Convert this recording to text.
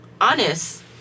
honest